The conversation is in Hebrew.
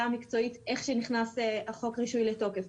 המקצועית איך שנכנס החוק רישוי לתוקף,